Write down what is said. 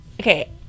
Okay